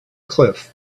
cliff